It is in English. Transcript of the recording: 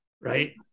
right